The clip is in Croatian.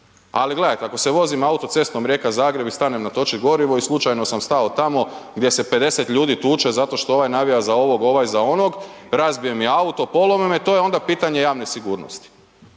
Ali gledajte, ako se vozim autocestom Rijeka-Zagreb i stanem natočit gorivo i slučajno sam stao tamo gdje se 50 ljudi tuče zato što ovaj navija za ovog, ovaj za onog, razbije mi auto, polomi me, to je onda pitanje javne sigurnosti.